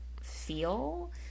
feel